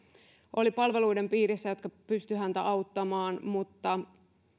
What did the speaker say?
oli palveluiden piirissä jotka pystyivät häntä auttamaan mutta